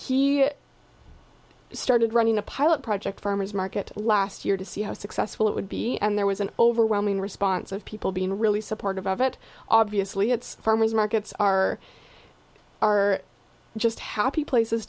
he started running a pilot project farmers market last year to see how successful it would be and there was an overwhelming response of people being really supportive of it obviously it's farmers markets are are just happy places